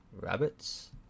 Rabbits